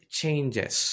changes